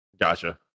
gotcha